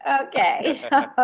Okay